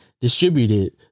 distributed